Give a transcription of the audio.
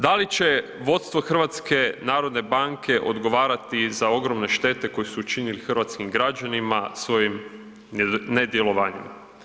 Da li će vodstvo HNB-a odgovarati za ogromne štete koje su učinili hrvatskim građanima svojim nedjelovanjem?